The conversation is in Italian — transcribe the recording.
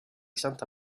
santa